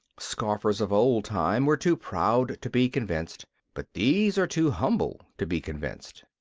scoffers of old time were too proud to be convinced but these are too humble to be convinced.